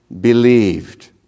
believed